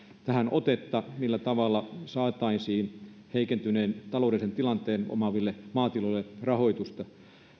tähän otetta millä tavalla saataisiin heikentyneen taloudellisen tilanteen omaaville maatiloille rahoitusta